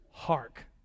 Hark